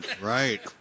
Right